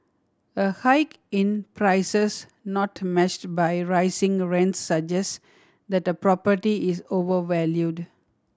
a hike in prices not matched by rising rents suggest that a property is overvalued